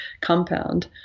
compound